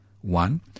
One